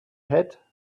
hat